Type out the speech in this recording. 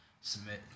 submit